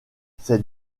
c’est